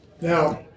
Now